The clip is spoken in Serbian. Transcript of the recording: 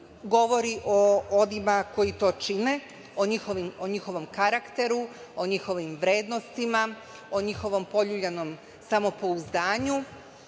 govori o onima koji to čine, o njihovom karakteru, o njihovim vrednostima, o njihovom poljuljanom samopouzdanju,